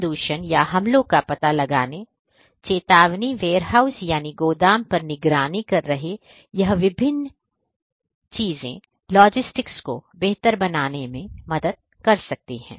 संदूषण या हमलों का पता लगाने चेतावनी वेयरहाउस यानी गोदाम निगरानी कर रहे हैं यह विभिन्न चीजें लॉजिस्टिक्स को बेहतर बनाने में मदद कर सकती हैं